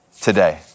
today